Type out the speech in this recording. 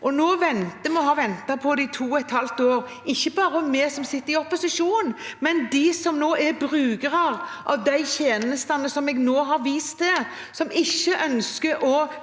Nå har vi ventet på det i to og et halvt år, ikke bare vi som sitter i opposisjon, men de som nå er brukere av de tjenestene som jeg nå har vist til, og som ikke ønsker å